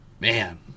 Man